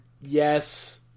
yes